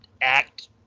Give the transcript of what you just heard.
act